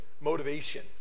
motivation